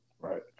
Right